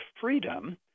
freedom